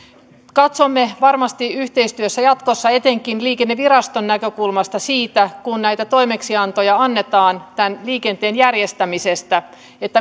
katsomme varmasti yhteistyössä jatkossa etenkin liikenneviraston näkökulmasta sitä että kun näitä toimeksiantoja annetaan tämän liikenteen järjestämisestä niin